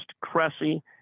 Cressy